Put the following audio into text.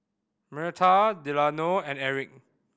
Myrta Delano and Erik